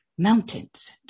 Mountains